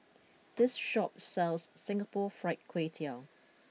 this shop sells Singapore Fried Kway Tiao